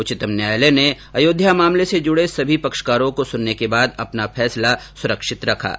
उच्चतम न्यायालय ने अयोध्या मामले से जुडे सभी पक्षकारों को सुनने के बाद अपना फैसला सुरक्षित रखा है